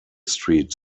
street